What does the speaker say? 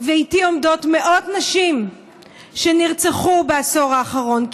ואיתי עומדות מאות נשים שנרצחו בעשור האחרון.